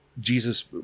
Jesus